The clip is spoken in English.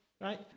Right